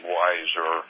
wiser